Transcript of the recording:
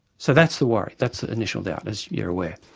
so that's the worry, that's the initial doubt, as you're aware.